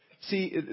See